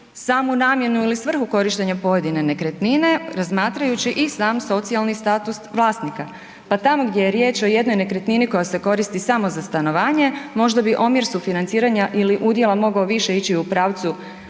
samu namjenu ili svrhu korištenja pojedine nekretnine razmatrajući i sam socijalni status vlasnika. Pa tamo gdje je riječ o jednoj nekretnini koja se koristi samo za stanovanje možda bi omjer sufinanciranja ili udjela mogao više ići u pravcu